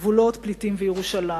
גבולות, פליטים וירושלים.